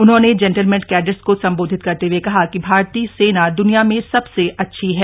उन्होंने gentleman cadets को संबोधित करते हुए कहा कि भारतीय सेना द्निया में सबसे अच्छी है